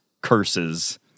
curses